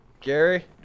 gary